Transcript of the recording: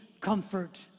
comfort